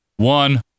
one